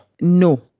No